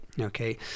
okay